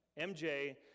MJ